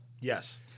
Yes